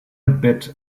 bit